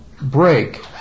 Break